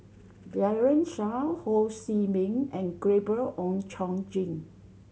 Daren Shiau Ho See Beng and Gabriel Oon Chong Jin